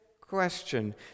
question